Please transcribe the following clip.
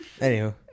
Anywho